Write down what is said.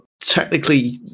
technically